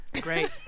Great